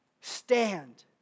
Stand